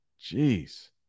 Jeez